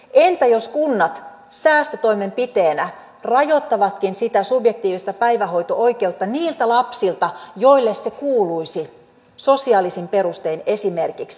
entä jos kunnat säästötoimenpiteenä rajoittavatkin sitä subjektiivista päivähoito oikeutta niiltä lapsilta joille se kuuluisi sosiaalisin perustein esimerkiksi